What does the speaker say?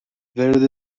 ورد